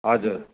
हजुर